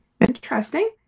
Interesting